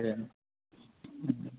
ए